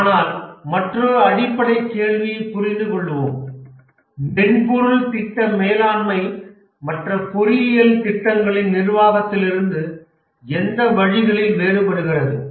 ஆனால் மற்றொரு அடிப்படை கேள்வியைப் புரிந்துகொள்வோம் மென்பொருள் திட்ட மேலாண்மை மற்ற பொறியியல் திட்டங்களின் நிர்வாகத்திலிருந்து எந்த வழிகளில் வேறுபடுகிறது